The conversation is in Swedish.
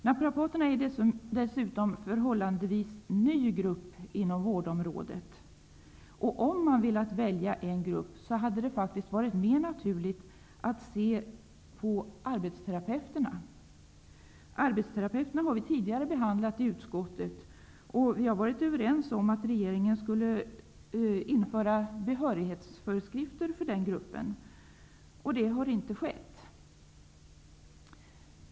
Naprapaterna är dessutom en förhållandevis ny grupp inom vårdområdet. Om man hade velat välja ut en grupp, hade det faktiskt varit mer naturligt att välja ut arbetsterapeuterna. Frågan om att ge arbetsterapeuterna legitimation har vi tidigare behandlat i utskottet, och vi har varit överens om att regeringen skulle införa behörighetsföreskrifter för denna grupp. Detta har inte skett.